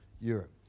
Europe